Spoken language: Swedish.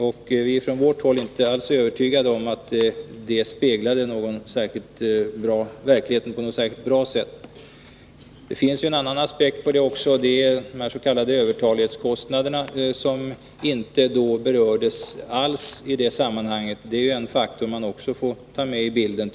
Vi är från vårt håll inte alls övertygade om att de speglade verkligheten på något särskilt bra sätt. Det finns en annan aspekt på detta, och det gäller de s.k. övertalighetskostnaderna, som inte alls berördes i sammanhanget. Det är en faktor som man också får ta med i bilden.